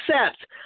accept